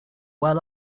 well